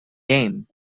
game